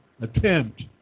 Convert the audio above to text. attempt